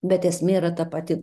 bet esmė yra ta pati